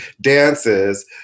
dances